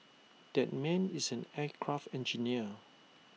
that man is an aircraft engineer